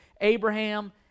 Abraham